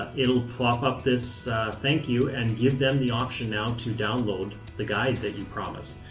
it'll pop up this thank you and give them the option now to download the guide that you promised.